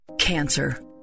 cancer